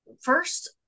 first